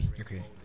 Okay